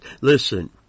Listen